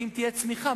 האם תהיה צמיחה?